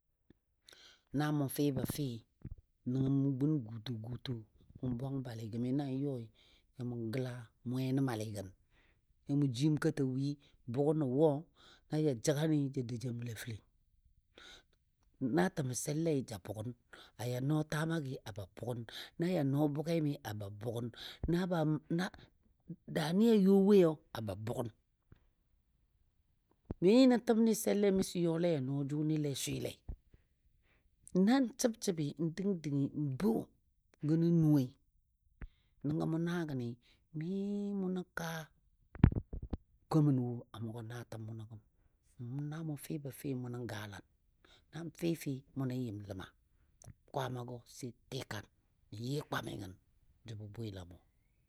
Na mʊ fɨ bə fɨ nəngɔ mʊ gun guto guto mʊ bwang bali gəmi nan yɔi, yɔmɔ gəla mwe nə malɨgən yɔmɔ jim katə wi bʊgənɔ wɔ na jəgani ja dou ja məlam fəlen. Na təmə sellei ja bʊgən a yɔ nɔɔ tamagəi a ba bʊgən, na yɔ no bugemi a ba bʊgan, na na daani a yo woi a ba bʊgan. Mi nə təm nɨ sellei miso yɔle ya nɔɔ jʊnɨ swɨlei. Na n səbsəbɨ n dəndəngɨ n bə gənən nuwoi nəngɔ mʊ naa gənɨ, mi mʊ nən kaa komən wo a mʊgɔ naatəm munɔ gəm. Na mʊ fɨbo tɨ mʊnɔ gaalan, nan fɨfɨ mʊnə yɨm ləma. Kwaamagɔ se tɨkan n yɨ kwamɨgən jəbo bwɨlamɔ.